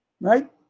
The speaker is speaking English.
Right